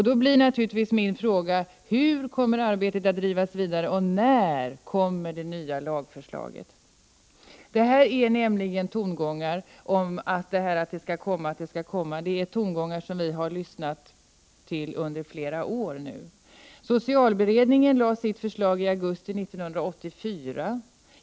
Då blir naturligtvis nästa fråga: Hur kommer arbetet att drivas vidare, och när kommer det nya lagförslaget? Att det skall komma förslag är tongångar som vi nu har lyssnat till i flera år. Socialberedningen framlade sitt förslag i augusti 1984.